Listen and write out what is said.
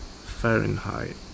Fahrenheit